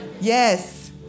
Yes